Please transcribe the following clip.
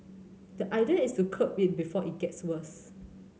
the idea is to curb it before it gets worse